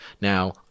Now